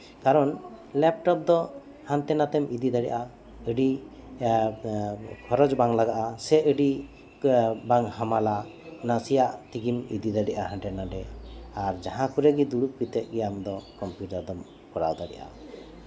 ᱠᱟᱨᱚᱱ ᱞᱮᱯᱴᱚᱯ ᱫᱚ ᱦᱟᱱᱛᱮ ᱱᱟᱛᱮᱢ ᱤᱫᱤ ᱫᱟᱽᱲᱮᱭᱟᱜᱼᱟ ᱟᱹᱰᱤ ᱠᱷᱚᱨᱚᱪ ᱵᱟᱝ ᱞᱟᱜᱟᱜᱼᱟ ᱥᱮ ᱟᱹᱰᱤ ᱵᱟᱝ ᱦᱟᱢᱟᱞᱟ ᱢᱱᱟᱥᱮᱱᱟᱜ ᱛᱮᱜᱮᱢ ᱤᱫᱤ ᱫᱟᱲᱮᱭᱟᱜᱼᱟ ᱦᱟᱸᱰᱮ ᱱᱟᱰᱮ ᱟᱨ ᱡᱟᱸᱦᱟ ᱠᱚᱨᱮᱜᱮ ᱫᱩᱲᱩᱵᱽ ᱠᱟᱛᱮᱫ ᱜᱮ ᱟᱢ ᱫᱚ ᱠᱚᱢᱯᱤᱭᱩᱴᱟᱨ ᱫᱚᱢ ᱠᱚᱨᱟᱣ ᱫᱟᱲᱮᱭᱟᱜᱼᱟ